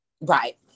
right